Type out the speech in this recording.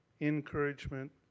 encouragement